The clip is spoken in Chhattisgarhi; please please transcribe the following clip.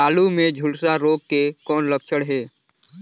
आलू मे झुलसा रोग के कौन लक्षण हे?